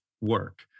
work